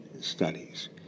studies